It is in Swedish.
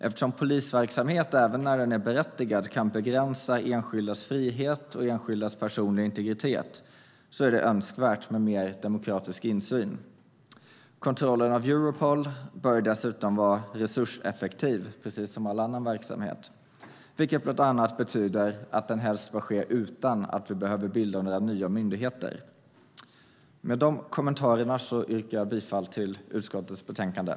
Eftersom polisverksamhet, även när den är berättigad, kan begränsa enskildas frihet och enskildas personliga integritet är det önskvärt med mer demokratisk insyn. Kontrollen av Europol bör dessutom vara resurseffektiv, precis som all annan verksamhet, vilket bland annat betyder att den helst bör ske utan att vi behöver bilda några nya myndigheter. Med de kommentarerna yrkar jag bifall till utskottets förslag i utlåtandet.